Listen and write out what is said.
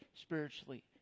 spiritually